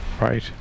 Right